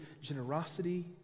generosity